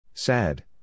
Sad